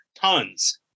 tons